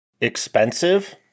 Expensive